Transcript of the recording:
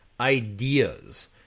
ideas